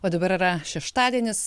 o dabar yra šeštadienis